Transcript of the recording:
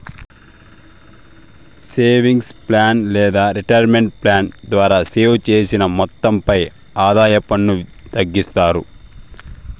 savings plan లేదా retirement plan ద్వారా save చేసిన మొత్తంపై ఆదాయ పన్ను తగ్గిస్తారు